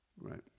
Right